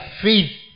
faith